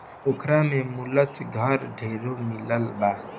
पोखरा में मुलच घर ढेरे मिलल बा